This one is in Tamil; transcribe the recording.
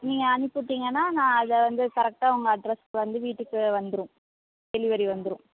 நீங்கள் அனுப்பி விட்டீங்கன்னா நான் அதை வந்து கரெக்டாக உங்கள் அட்ரஸ்க்கு வந்து வீட்டுக்கு வந்துடும் டெலிவரி வந்துடும்